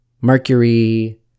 Mercury